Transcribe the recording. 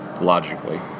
logically